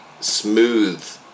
smooth